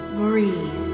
breathe